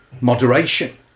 moderation